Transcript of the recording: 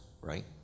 right